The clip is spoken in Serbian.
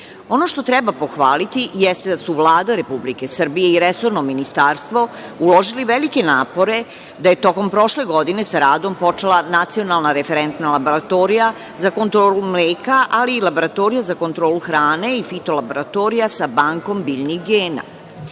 što treba pohvalite jeste da su Vlada Republike Srbije i resorno ministarstvo uložili velike napore da je tokom prošle godine sa radom počela Nacionalna referentna laboratorija za kontrolu mleka, ali i laboratorije za kontrolu hrane i fito laboratorija sa bankom biljnih gena.U